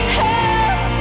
help